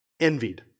envied